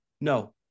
No